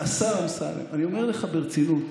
השר אמסלם, אני אומר לך ברצינות,